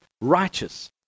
righteous